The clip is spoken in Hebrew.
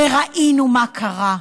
וראינו מה קרה.